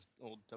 old